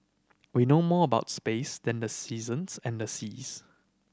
we know more about space than the seasons and the seas